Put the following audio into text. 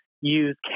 use